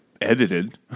edited